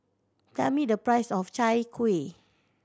tell me the price of Chai Kuih